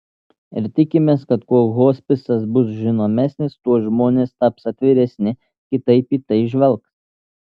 ir tikimės kad kuo hospisas bus žinomesnis tuo žmonės taps atviresni kitaip į tai žvelgs